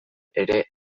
ere